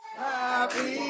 happy